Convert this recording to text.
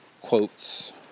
quotes